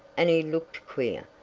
and he looked queer,